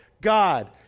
God